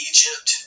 Egypt